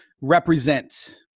represent